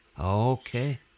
Okay